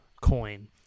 coin